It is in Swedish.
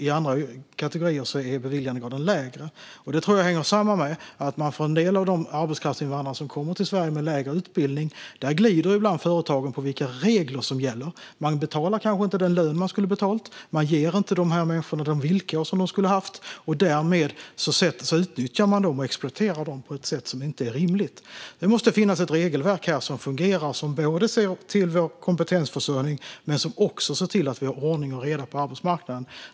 I andra kategorier är dock beviljandegraden lägre. Det tror jag hänger samman med att företagen ibland, för en del av de arbetskraftsinvandrare med lägre utbildning som kommer till Sverige, glider på vilka regler som gäller. Företagen betalar kanske inte ut den lön de skulle ha gjort, och de ger inte dessa människor de villkor de skulle ha haft. Därmed utnyttjas de och exploateras på ett sätt som inte är rimligt. Här måste det finnas ett regelverk som fungerar och som inte bara ser till vår kompetensförsörjning utan också ser till att vi har ordning och reda på arbetsmarknaden.